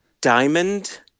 Diamond